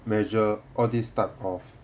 measure all this type of